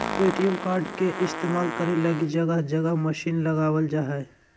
ATM card के इस्तेमाल करे लगी जगह जगह मशीन लगाबल जा हइ